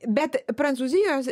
bet prancūzijos